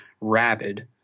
rabid